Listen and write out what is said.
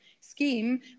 scheme